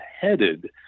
headed